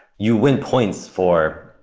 you win points for.